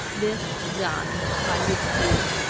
this done, i withdrew,